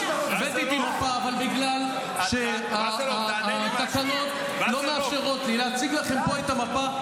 אבל בגלל שהתקנות לא מאפשרות להציג לכם פה את המפה,